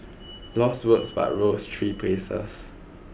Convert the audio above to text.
lost votes but rose three places